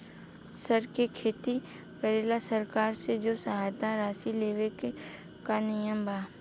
सर के खेती करेला सरकार से जो सहायता राशि लेवे के का नियम बा?